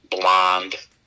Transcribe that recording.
blonde